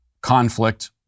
conflict